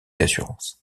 d’assurances